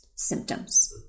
symptoms